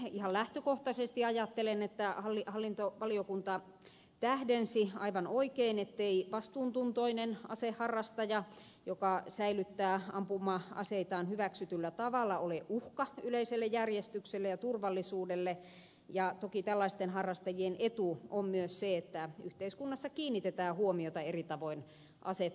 ihan lähtökohtaisesti ajattelen että hallintovaliokunta tähdensi aivan oikein ettei vastuuntuntoinen aseharrastaja joka säilyttää ampuma aseitaan hyväksytyllä tavalla ole uhka yleiselle järjestykselle ja turvallisuudelle ja toki tällaisten harrastajien etu on myös se että yhteiskunnassa kiinnitetään huomiota eri tavoin aseturvallisuuteen